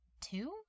two